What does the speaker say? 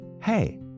hey